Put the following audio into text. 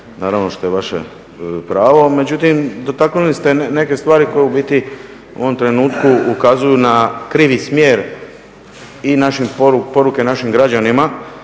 Hvala vam